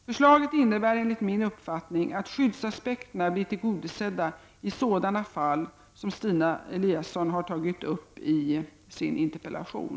Förslaget innebär enligt min uppfattning att skyddsaspekterna blir tillgodosedda i sådana fall som de Stina Eliasson har tagit upp i sin interpellation.